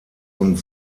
und